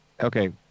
okay